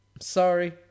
Sorry